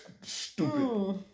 Stupid